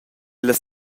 las